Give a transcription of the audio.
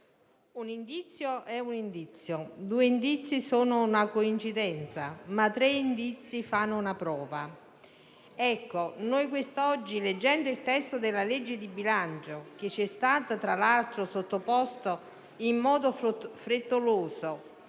un indizio è un indizio, due indizi sono una coincidenza, ma tre indizi fanno una prova. Ecco, quest'oggi, leggendo il testo del disegno di legge di bilancio, che, peraltro, ci è stato sottoposto in modo frettoloso,